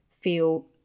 feel